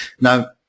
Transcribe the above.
Now